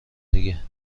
دیگه